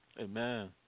Amen